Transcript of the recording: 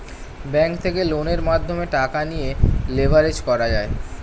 bank থেকে লোনের মাধ্যমে টাকা নিয়ে লেভারেজ করা যায়